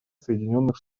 соединенных